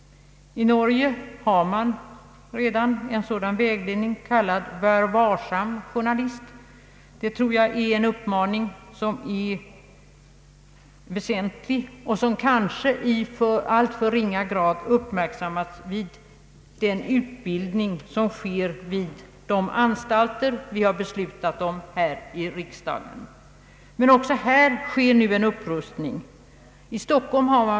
I Norge finns redan en sådan vägledning, kallad ”Ver varsom journalist”. Den uppmaningen är väsentlig, och den har kanske i alltför ringa grad uppmärksammats vid den utbildning som sker vid de anstalter riksdagen har fattat beslut om. Men också här sker nu en upprustning.